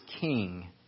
King